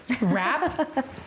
rap